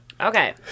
Okay